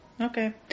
Okay